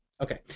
Okay